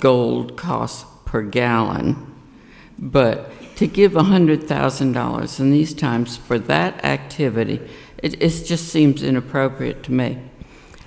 gold cost per gallon but to give one hundred thousand dollars in these times for that activity it's just seems inappropriate to me